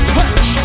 touch